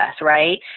right